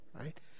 right